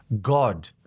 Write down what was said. God